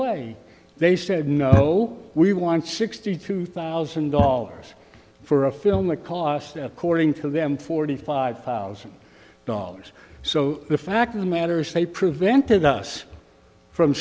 way they said no we want sixty two thousand dollars for a film the cost of according to them forty five thousand dollars so the fact of the matter is they prevented us from